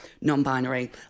non-binary